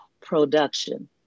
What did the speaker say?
production